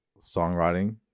songwriting